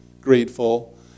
grateful